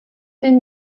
den